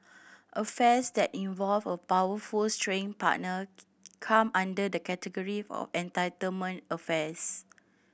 affairs that involve a powerful straying partner come under the category of entitlement affairs